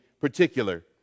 particular